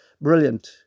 Brilliant